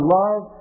love